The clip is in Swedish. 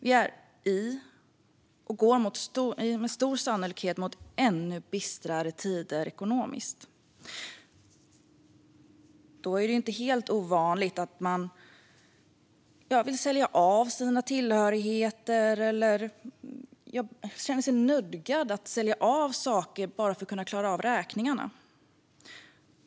Vi går med stor sannolikhet mot ännu bistrare tider ekonomiskt. Då är det inte helt ovanligt att man vill sälja av sina tillhörigheter eller känner sig nödgad att sälja av saker för att klara räkningarna.